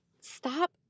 stop